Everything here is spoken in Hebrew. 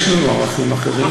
יש לנו ערכים אחרים,